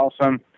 awesome